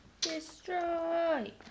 destroy